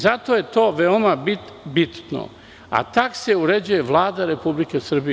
Zato je to veoma bitno, a takse uređuje Vlada Republike Srbije.